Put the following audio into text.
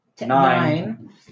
Nine